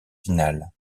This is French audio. finale